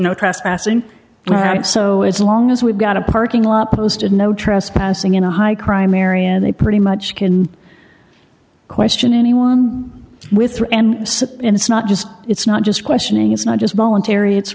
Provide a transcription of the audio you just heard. no trespassing right so as long as we've got a parking lot posted no trespassing in a high crime area they pretty much can question anyone with her and sit in snot just it's not just questioning it's not just voluntary it's